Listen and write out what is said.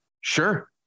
sure